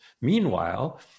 Meanwhile